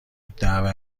الدعوه